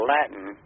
Latin